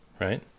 right